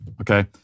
okay